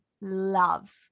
love